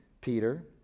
Peter